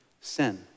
sin